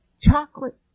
chocolate